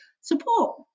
support